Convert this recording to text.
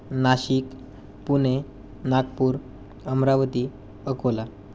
Nashik Pune Nagpur Amravati Akola